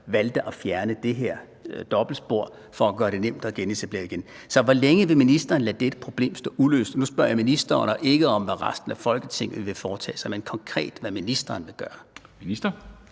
valgte at fjerne det her dobbeltspor for at gøre det nemt at genetablere igen. Så hvor længe vil ministeren lade dette problem stå uløst? Nu spørger jeg ministeren og ikke om, hvad resten af Folketinget vil foretage sig, men konkret hvad ministeren vil gøre.